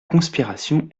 conspiration